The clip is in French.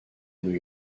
new